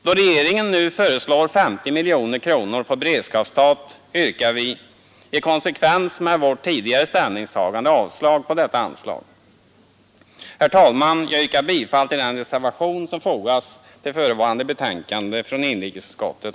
Då regeringen nu föreslår 50 miljoner kronor på beredskapsstat yrkar vi, i konsekvens med vårt tidigare ställningstagande, avslag på detta anslag. Herr talman! Jag yrkar bifall till den reservation av herr Lorentzon som fogats till förevarande betänkande från inrikesutskottet.